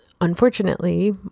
unfortunately